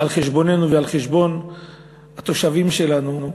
על חשבוננו ועל חשבון התושבים שלנו,